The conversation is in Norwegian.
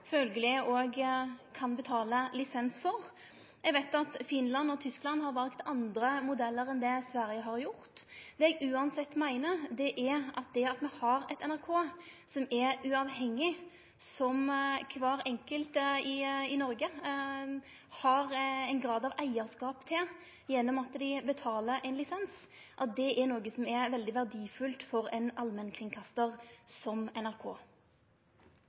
kan betale lisens for. Eg veit at Finland og Tyskland har valt andre modellar enn det Sverige har gjort. Eg meiner uansett at me har eit NRK som er uavhengig, som kvar enkelt i Noreg har ein grad av eigarskap til ved at ein betaler ein lisens. Det er noko som er veldig verdifullt for ein allmennkringkastar som NRK.